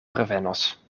revenos